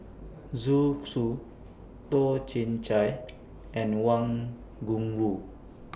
Zhu Xu Toh Chin Chye and Wang Gungwu